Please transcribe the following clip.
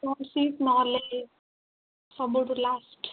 side seat ନହେଲେ ସବୁଠୁ last